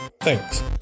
thanks